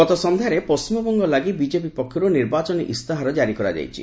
ଗତ ସନ୍ଧ୍ୟାରେ ପଣ୍ଢିମବଙ୍ଗ ବିଜେପି ପକ୍ଷରୁ ନିର୍ବାଚନୀ ଇସ୍ତାହାର ଜାରି କରାଯାଇଛି